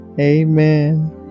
Amen